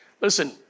Listen